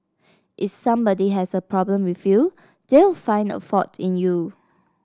if somebody has a problem with you they will find a fault in you